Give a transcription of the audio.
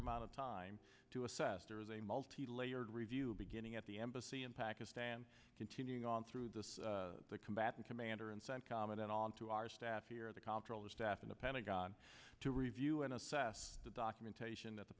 amount of time to assess there is a multi layered review beginning at the embassy in pakistan continuing on through the combatant commander and so i'm comment on to our staff here the comptroller staff in the pentagon to review and assess the documentation that the